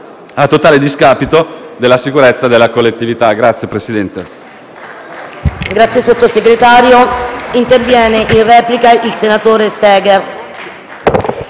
a totale discapito della sicurezza della collettività.